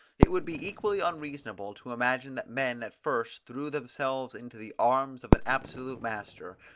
it would be equally unreasonable to imagine that men at first threw themselves into the arms of an absolute master,